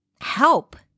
help